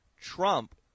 trump